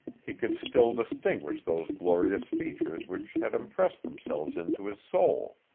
he could still distinguish those glorious features which had impressed themselves into his soul.